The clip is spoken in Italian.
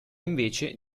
invece